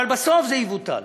אבל בסוף זה יבוטל.